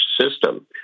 system